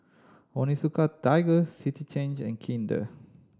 Onitsuka Tiger City Chain and Kinder